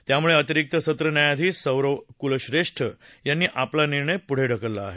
त्यामुळे अतिरिक्त सत्र न्यायाधीश सौरभ कुलश्रेष्ठ यांनी आपला निर्णय पुढं ढकलला आहे